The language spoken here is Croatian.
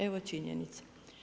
Evo činjenica.